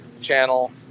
channel